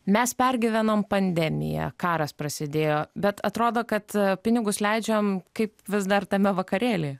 mes pergyvenom pandemiją karas prasidėjo bet atrodo kad pinigus leidžiam kaip vis dar tame vakarėly